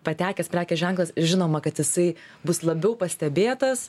patekęs prekės ženklas žinoma kad jisai bus labiau pastebėtas